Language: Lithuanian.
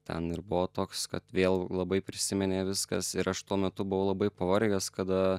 ten ir buvo toks kad vėl labai prisiminė viskas ir aš tuo metu buvau labai pavargęs kada